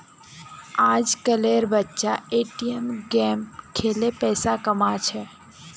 आजकल एर बच्चा ए.टी.एम गेम खेलें पैसा कमा छे